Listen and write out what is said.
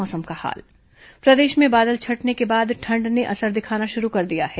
मौसम प्रदेश में बादल छंटने के बाद ठंड ने असर दिखाना शुरू कर दिया है